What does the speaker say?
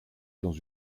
dans